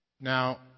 Now